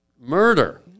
murder